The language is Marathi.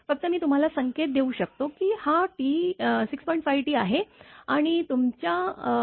फक्त मी तुम्हाला संकेत देऊ शकतो की हा 6